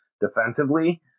defensively